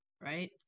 right